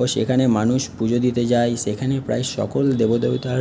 ও সেখানে মানুষ পুজো দিতে যায় সেখানে প্রায় সকল দেব দেবতার